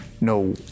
no